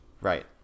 Right